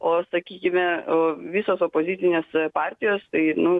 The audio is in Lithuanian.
o sakykime o visos opozicinės partijos tai nu